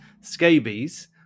scabies